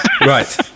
right